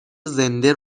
زنده